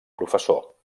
professor